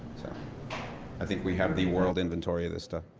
so i think we have the world inventory of this stuff.